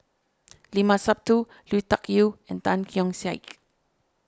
Limat Sabtu Lui Tuck Yew and Tan Keong Saik